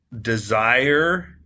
desire